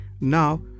Now